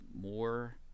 more